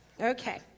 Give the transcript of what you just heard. Okay